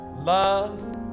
love